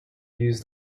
used